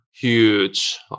huge